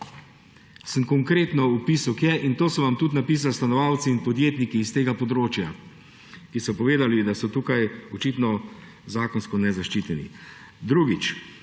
sem vam opisal, kje, in to sem vam tudi napisali stanovalci in podjetniki s tega področja, ki so povedali, da so tukaj zakonsko nezaščiteni. Drugič,